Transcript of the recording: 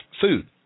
food